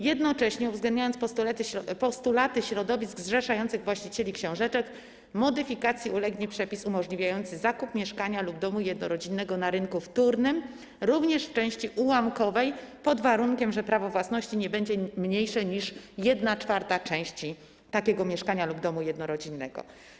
Jednocześnie uwzględnione zostaną postulaty środowisk zrzeszających właścicieli książeczek i modyfikacji ulegnie przepis umożliwiający zakup mieszkania lub domu jednorodzinnego na rynku wtórnym również w części ułamkowej, pod warunkiem że prawo własności będzie dotyczyło nie mniej niż 1/4 części takiego mieszkania lub domu jednorodzinnego.